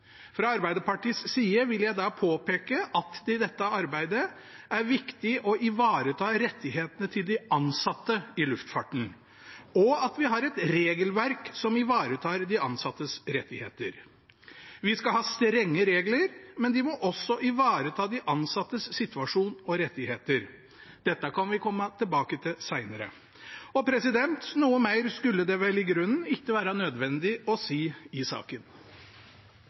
Fra Arbeiderpartiets side vil jeg da påpeke at det i dette arbeidet er viktig å ivareta rettighetene til de ansatte i luftfarten, og at vi har et regelverk som ivaretar de ansattes rettigheter. Vi skal ha strenge regler, men de må også ivareta de ansattes situasjon og rettigheter. Dette kan vi komme tilbake til senere. Noe mer skulle det vel i grunnen ikke være nødvendig å si i saken.